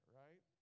right